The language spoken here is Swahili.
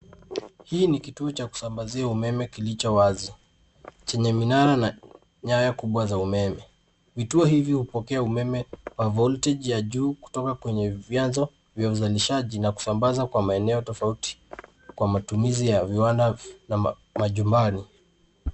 Hii ni kituo cha kusambazia umeme kilicho wazi, chenye minara na nyaya kubwa za umeme. Vituo hivyo hupokea umeme wa volti ya juu kutoka kwenye vyanzo vya uzalizaji na kusambaza kwa maeneo tofauti kwa matumizi ya viwanda na majumba.